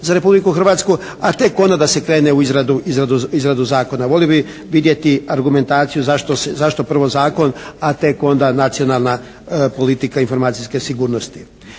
za Republiku Hrvatsku, a tek onda da se krene u izradu zakona. Volio bih vidjeti argumentaciju zašto prvo zakon, a tek onda nacionalna politika informacijske sigurnosti.